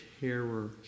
terror